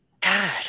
God